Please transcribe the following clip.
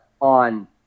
on